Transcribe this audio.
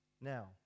Now